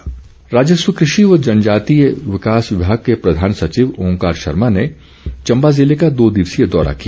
ओंकार शर्मा राजस्व कृषि व जनजातीय विकास विभाग के प्रधान सचिव ओंकार शर्मा ने चम्बा जिले का दो दिवसीय दौरा किया